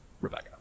rebecca